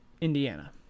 Indiana